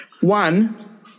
one